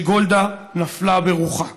שגולדה נפלה ברוחה,